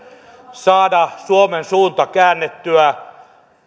saada suomen suunta käännettyä